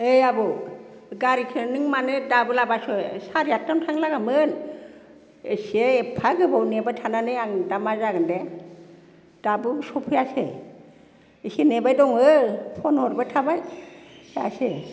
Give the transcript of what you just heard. ओइ आबौ गारिखौ नों मानो दाबो लाबोआसै सारे आदत्तायावनो थांनो नांगौमोन एसे एफा गोबाव नेबाय थानानै आं दा मा जागोन दे दाबो सफैयासै बेथिं नेबाय दङ फ'न हरबाय थाबाय दासो